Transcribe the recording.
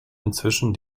inzwischen